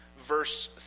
verse